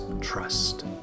trust